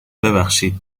ببخشید